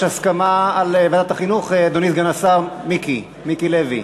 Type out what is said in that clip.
יש הסכמה על ועדת החינוך, אדוני סגן השר מיקי לוי?